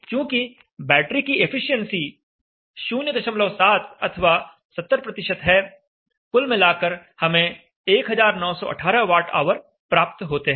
चूँकि बैटरी की एफिशिएंसी 07 अथवा 70 है कुल मिलाकर हमें 1918 वाट ऑवर प्राप्त होते हैं